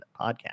podcast